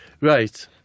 Right